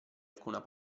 alcuna